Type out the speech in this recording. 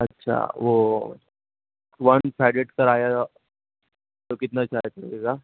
اچھا وہ one sided کرایا تو کتنا چارج لگے گا